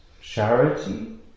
charity